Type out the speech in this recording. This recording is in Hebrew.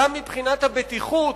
גם מבחינת הבטיחות,